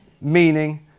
meaning